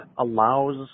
allows